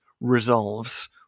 resolves